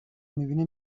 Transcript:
میبینه